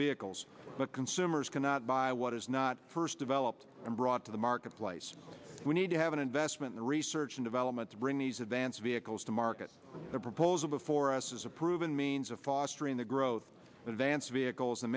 vehicles but consumers cannot buy what is not first developed and brought to the marketplace we need to have an investment in research and development to bring these advanced vehicles to market the proposal before us is a proven means of fostering the growth of vance vehicles and